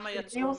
מהשירות?